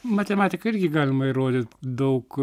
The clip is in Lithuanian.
matematika irgi galima įrodyt daug